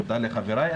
תודה לחבריי.